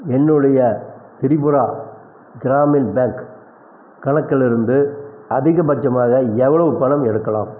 என்னுடைய திரிபுரா கிராமின் பேங்க் கணக்கிலிருந்து அதிகபட்சமாக எவ்வளவு பணம் எடுக்கலாம்